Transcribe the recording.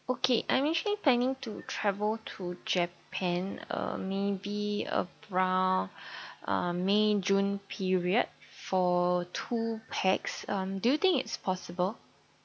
okay I'm actually planning to travel to japan uh maybe around uh may june period for two pax um do you think it's possible